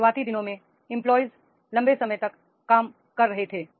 शुरुआती दिनों में एंप्लाइज लंबे समय तक काम कर रहे थे